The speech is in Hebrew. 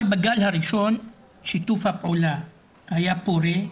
אבל בגל הראשון שיתוף הפעולה היה פורה,